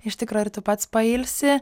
iš tikro ir tu pats pailsi